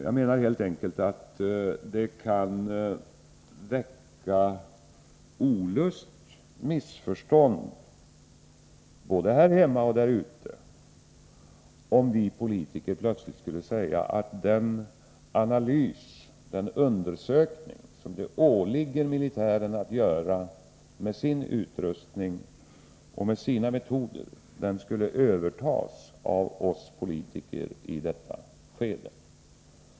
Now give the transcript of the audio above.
Jag menar helt enkelt att det kan väcka olust och missförstånd, både här hemma och där ute, om vi politiker plötsligt skulle säga att den analys, den undersökning, som det åligger militären att göra med sin utrustning och sina metoder, skulle övertas av oss politiker i detta skede.